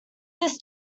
this